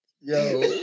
Yo